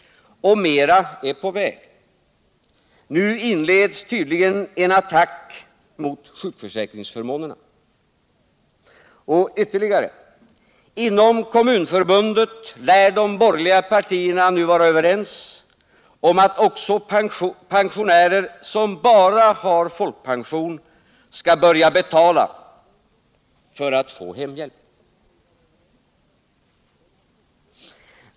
Och mera är på väg. Nu inleds tydligen en attack också mot sjukförsäkringsförmånerna. Och ytterligare: Inom Kommunförbundet lär de borgerliga partierna nu vara överens om att också pensionärer som bara har folkpension skall börja betala för att få hemhjälp.